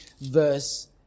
verse